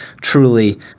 truly